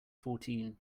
fourteen